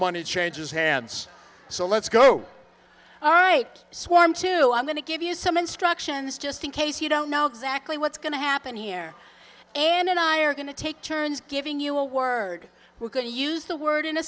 nobody changes hands so let's go all right swarm to i'm going to give you some instructions just in case you don't know exactly what's going to happen here and i are going to take turns giving you a word we're going to use the word in a